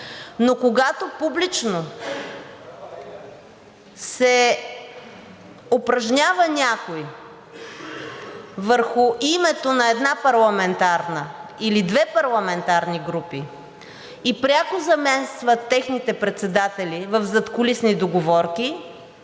Но когато някой публично се упражнява върху името на една или две парламентарни групи и пряко замесва техните председатели в задкулисни договорки,